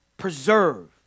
preserve